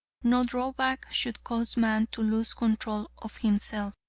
no drawback should cause man to lose control of himself.